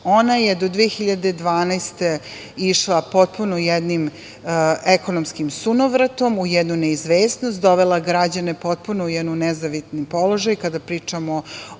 Ona je do 2012. godine išla potpuno jednim ekonomskim sunovratom, u jednu neizvesnost, dovela građane potpuno u jedan nezavidni položaj kada pričamo o